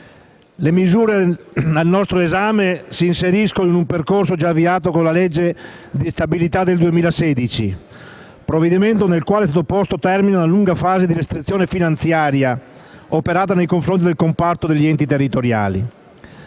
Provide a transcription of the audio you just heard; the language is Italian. Le misure al nostro esame si inseriscono in un percorso già avviato con la legge di stabilità 2016, provvedimento con il quale è stato posto termine a una lunga fase di restrizione finanziaria operata nei confronti del comparto degli enti territoriali.